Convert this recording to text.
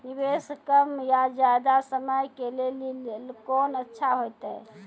निवेश कम या ज्यादा समय के लेली कोंन अच्छा होइतै?